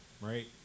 Right